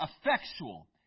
effectual